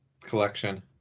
collection